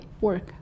work